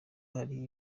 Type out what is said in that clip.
hari